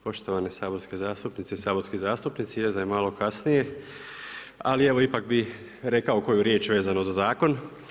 Poštovane saborske zastupnice i saborski zastupnici, jest da je malo kasnije ali evo ipak bih rekao koju riječ vezano za zakon.